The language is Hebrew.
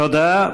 תודה.